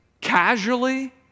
casually